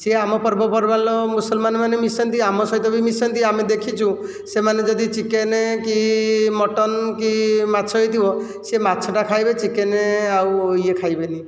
ସିଏ ଆମ ପର୍ବପର୍ବାଣିର ମୁସଲମାନମାନେ ମିଶନ୍ତି ଆମ ସହିତ ବି ମିଶନ୍ତି ଆମେ ଦେଖିଚୁ ସେମାନେ ଯଦି ଚିକେନ କି ମଟନ କି ମାଛ ହୋଇଥିବ ସେ ମାଛଟା ଖାଇବେ ଚିକେନ ଆଉ ଇଏ ଖାଇବେନି